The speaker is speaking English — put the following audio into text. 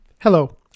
Hello